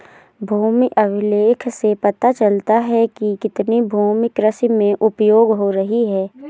भूमि अभिलेख से पता चलता है कि कितनी भूमि कृषि में उपयोग हो रही है